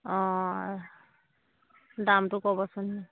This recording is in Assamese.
অঁ দামটো ক'বচোন